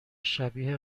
شبیه